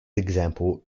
example